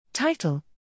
Title